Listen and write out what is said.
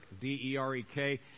D-E-R-E-K